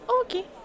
Okay